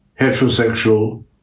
heterosexual